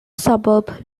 suburb